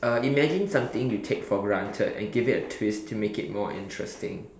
uh imagine something you take for granted and give it a twist to make it more interesting